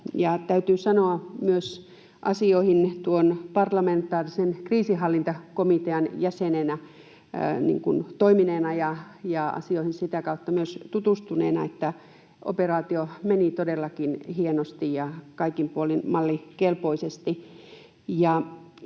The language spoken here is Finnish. Täytyy sanoa myös parlamentaarisen kriisinhallintakomitean jäsenenä toimineena ja asioihin sitä kautta myös tutustuneena, että operaatio meni todellakin hienosti ja kaikin puolin mallikelpoisesti.